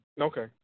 Okay